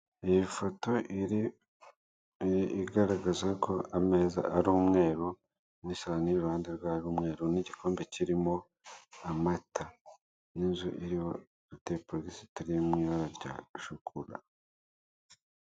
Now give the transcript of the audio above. Iyi foto igaragaza ko ameza ari umweru n'isahani iri iruhande rwayo ari umweru n'igikombe kirimo amata n'inzu iriho tiripulegisi itari iyo mu ibara rya shokora.